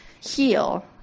heal